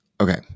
Okay